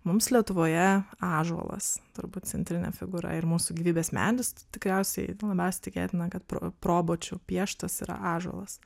mums lietuvoje ąžuolas turbūt centrinė figūra ir mūsų gyvybės medis tikriausiai labiausiai tikėtina kad pro probočių pieštas yra ąžuolas